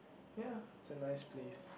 ya it's a nice place